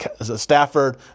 Stafford